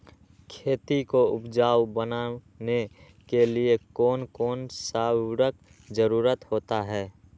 खेती को उपजाऊ बनाने के लिए कौन कौन सा उर्वरक जरुरत होता हैं?